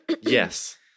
yes